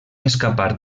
escapar